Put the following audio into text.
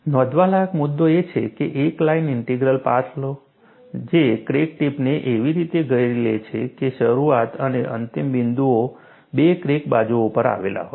નોંધવા લાયક મુખ્ય મુદ્દો એ છે કે એક લાઇન ઇન્ટિગ્રલ પાથ લો જે ક્રેક ટીપને એવી રીતે ઘેરી લે છે કે શરૂઆત અને અંતિમ બિંદુઓ બે ક્રેક બાજુઓ ઉપર આવેલા હોય